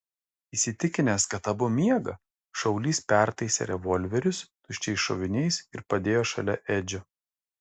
įsitikinęs kad abu miega šaulys pertaisė revolverius tuščiais šoviniais ir padėjo šalia edžio